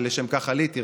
שלשם כך עליתי,